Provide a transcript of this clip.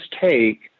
take